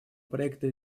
проекта